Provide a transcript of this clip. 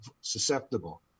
susceptible